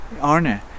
Arne